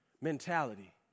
mentality